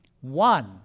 one